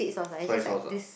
soy sauce ah